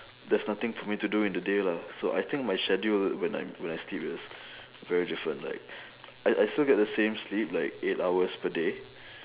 there's nothing for me to do in the day lah so I think my schedule when I when I sleep is very different like I I still get the same sleep like eight hours per day